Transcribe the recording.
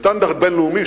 בסטנדרט בין-לאומי,